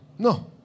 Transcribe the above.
No